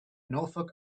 norfolk